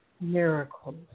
miracles